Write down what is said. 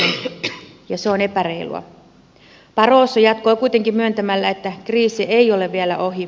barroso jatkoi kuitenkin myöntämällä että kriisi ei ole vielä ohi